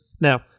Now